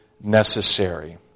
necessary